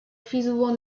feasible